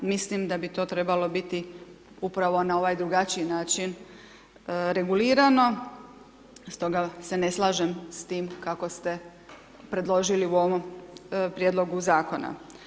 Mislim da bi to trebalo biti upravo na ovaj drugačiji način regulirano stoga se ne slažem s tim kako ste predložili u ovom prijedlogu zakona.